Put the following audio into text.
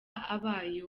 abaye